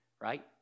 right